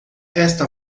esta